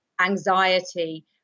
anxiety